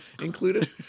included